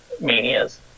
manias